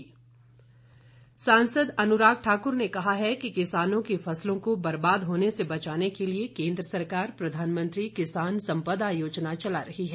अनुराग सांसद अनुराग ठाक्र ने कहा है कि किसानों की फसलों को बर्बाद होने से बचाने के लिए केन्द्र सरकार प्रधानमंत्री किसान संपदा योजना चला रही है